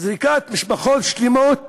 זריקת משפחות שלמות